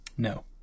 no